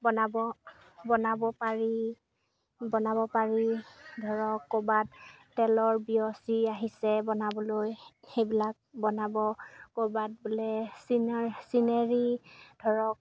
বনাব বনাব পাৰি বনাব পাৰি ধৰক ক'ৰবাত তেলৰ বিয়ছি আহিছে বনাবলৈ সেইবিলাক বনাব ক'ৰবাত বোলে চিনাৰ চিনেৰী ধৰক